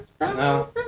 No